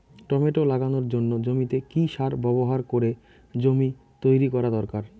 Tomato লাগানোর জন্য জমিতে কি সার ব্যবহার করে জমি তৈরি করা দরকার?